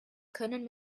können